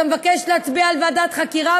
אתה מבקש להצביע על ועדת חקירה,